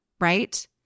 right